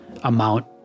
amount